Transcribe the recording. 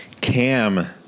Cam